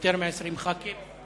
יותר מ-20 ח"כים.